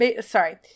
sorry